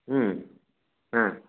ம் ஆ